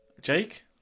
Jake